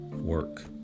work